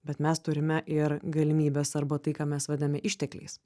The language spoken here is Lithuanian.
bet mes turime ir galimybes arba tai ką mes vadiname ištekliais